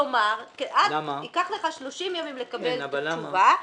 כלומר, ייקח לך 30 ימים לקבל את התשובה -- למה?